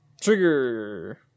Trigger